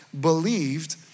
believed